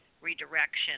redirection